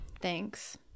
thanks